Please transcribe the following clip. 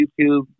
YouTube